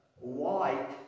white